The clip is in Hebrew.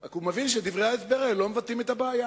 רק שהוא מבין שדברי ההסבר האלה לא מבטאים את הבעיה.